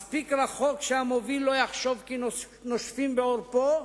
מספיק רחוק כדי שהמוביל לא יחשוב כי נושפים בעורפו,